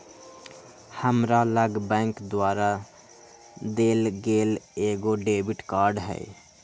हमरा लग बैंक द्वारा देल गेल एगो डेबिट कार्ड हइ